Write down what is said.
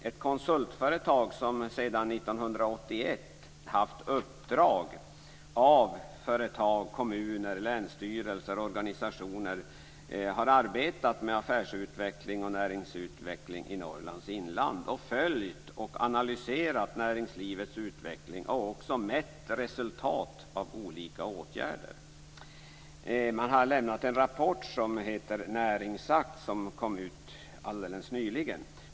Ett konsultföretag som sedan 1981 haft uppdrag av företag, kommuner, länsstyrelser och organisationer har arbetat med affärsutveckling och näringsutveckling i Norrlands inland, följt och analyserat näringslivets utveckling och också mätt resultat av olika åtgärder. Man har lämnat en rapport som kom ut alldeles nyligen.